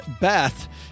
Beth